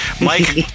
Mike